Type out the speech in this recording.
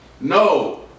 no